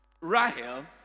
Rahel